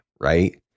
right